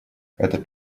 этот